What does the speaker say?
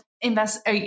invest